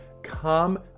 come